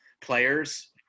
players